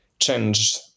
change